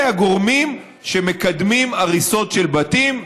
אלה הגורמים שמקדמים הריסות של בתים,